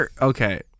Okay